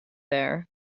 there